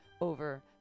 over